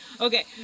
okay